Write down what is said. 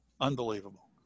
Unbelievable